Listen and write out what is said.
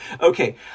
Okay